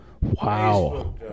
Wow